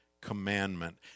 commandment